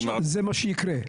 זה מה שיקרה.